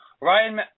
Ryan